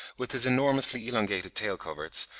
with his enormously elongated tail-coverts,